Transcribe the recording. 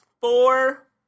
four